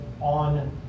on